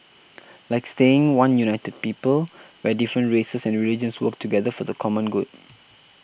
like staying one united people where different races and religions work together for the common good